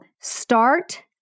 start